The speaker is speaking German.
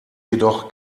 jedoch